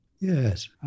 Yes